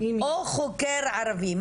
או חוקר ערבי?